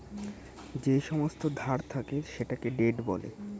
যেই সমস্ত ধার থাকে সেটাকে ডেট বলে